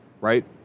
right